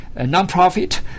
non-profit